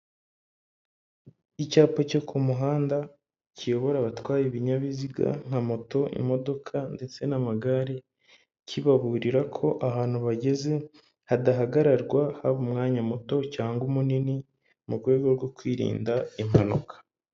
Icyapa cyo ku muhanda, kiyobora abatwa ibinyabiziga nka moto, imodoka ndetse n'amagare, kibaburira ko ahantu bageze hadahagararwa, haba umwanya muto cyangwa munini, mu rwego rwo kwirinda impanuka.